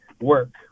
work